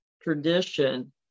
tradition